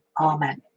Amen